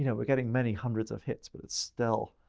you know we're getting many hundreds of hits, but it's still,